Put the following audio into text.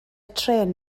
trên